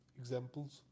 examples